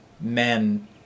men